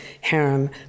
harem